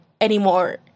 anymore